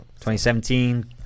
2017